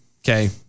Okay